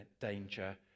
danger